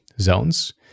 zones